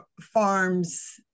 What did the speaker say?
farms